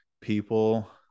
people